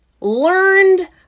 learned